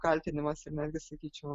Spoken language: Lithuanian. kaltinimas ir netgi sakyčiau